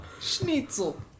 schnitzel